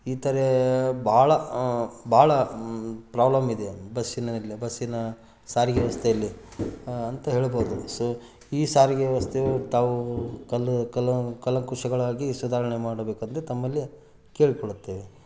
ಈ ಥರ ಭಾಳ ಭಾಳ ಪ್ರಾಬ್ಲಮ್ ಇದೆ ಬಸ್ಸಿನಲ್ಲಿ ಬಸ್ಸಿನ ಸಾರಿಗೆ ವ್ಯವಸ್ಥೆಯಲ್ಲಿ ಅಂತ ಹೇಳ್ಬೋದು ಸೊ ಈ ಸಾರಿಗೆ ವ್ಯವಸ್ಥೆಯು ತಾವು ಕಲ ಕಲ ಕಲಕುಶಗಳಾಗಿ ಸುಧಾರಣೆ ಮಾಡಬೇಕೆಂದ್ರೆ ತಮ್ಮಲ್ಲಿ ಕೇಳಿಕೊಳ್ಳುತ್ತೇವೆ